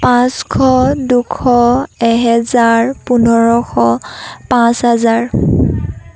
পাঁচশ দুশ এহেজাৰ পোন্ধৰশ পাঁচ হাজাৰ